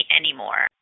anymore